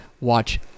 watch